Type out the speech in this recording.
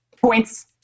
points